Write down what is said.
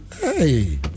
Hey